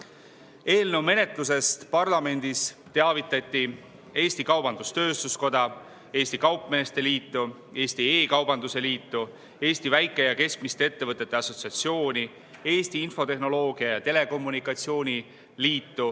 Eelnõu menetlusest parlamendis teavitati Eesti Kaubandus-Tööstuskoda, Eesti Kaupmeeste Liitu, Eesti E-kaubanduse Liitu, Eesti Väike- ja Keskmiste Ettevõtjate Assotsiatsiooni, Eesti Infotehnoloogia ja Telekommunikatsiooni Liitu,